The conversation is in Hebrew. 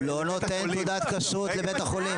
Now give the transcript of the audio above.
לא נותן תעודת כשרות לבית החולים.